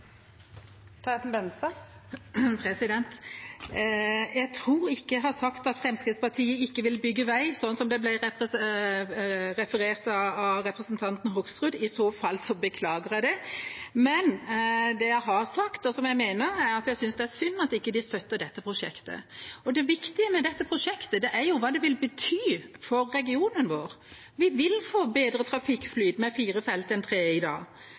Jeg tror ikke jeg har sagt at Fremskrittspartiet ikke vil bygge vei, slik det ble referert til av representanten Hoksrud. I så fall beklager jeg det. Men det jeg har sagt, og som jeg mener, er at jeg synes det er synd at de ikke støtter dette prosjektet. Det viktige med dette prosjektet er hva det vil bety for regionen vår. Vi vil få bedre trafikkflyt med fire felt enn med tre, som i dag.